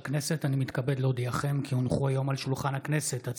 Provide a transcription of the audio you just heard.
שעה 16:00 תוכן העניינים מסמכים שהונחו על שולחן הכנסת 8